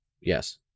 Yes